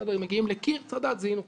אם מגיעים לקיר צריך לדעת שזיהינו קיר.